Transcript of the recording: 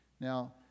Now